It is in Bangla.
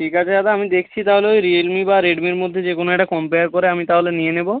ঠিক আছে দাদা আমি দেখছি তাহলে ওই রিয়েলমি বা রেডমির মধ্যে যেকোনো একটা কম্পেয়ার করে আমি তাহলে নিয়ে নেবো